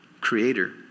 creator